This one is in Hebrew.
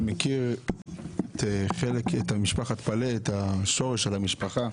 אני מכיר את משפחת פלאי, את השורש של המשפחה.